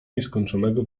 nieskończonego